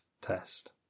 test